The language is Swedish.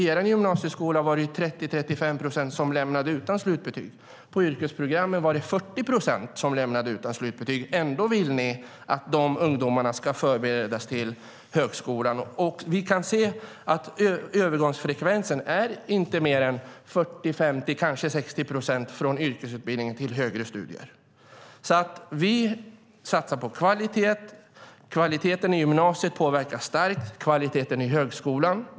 Er gymnasieskola var det 30-35 procent som lämnade utan slutbetyg. På yrkesprogrammen var det 40 procent som lämnade skolan utan slutbetyg. Ändå vill ni att de ungdomarna ska förberedas till högskolan. Vi kan se att övergångsfrekvensen från yrkesutbildning till högre studier inte är mer än 40-50 eller kanske 60 procent. Vi satsar på kvalitet. Kvaliteten i gymnasiet påverkar starkt kvaliteten i högskolan.